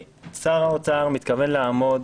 שר האוצר מתכוון לעמוד